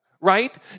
Right